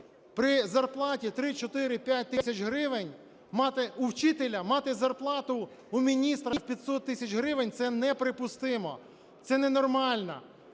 При зарплаті 3, 4, 5 тисяч гривень мати... у вчителя, мати зарплату у міністра в 500 тисяч гривень – це неприпустимо, це ненормально.